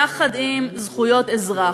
יחד עם זכויות אזרח.